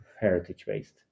heritage-based